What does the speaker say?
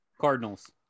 Cardinals